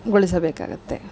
ಗೊಳಿಸಬೇಕಾಗುತ್ತೆ